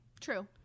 true